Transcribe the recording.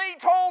told